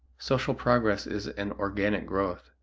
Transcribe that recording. social progress is an organic growth,